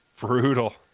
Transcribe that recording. Brutal